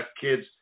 kids